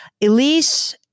Elise